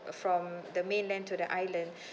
from the main land to the island